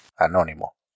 Anónimo